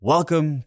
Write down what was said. Welcome